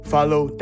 Follow